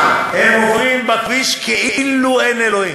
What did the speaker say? הם עוברים בכביש כאילו אין אלוהים.